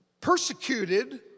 Persecuted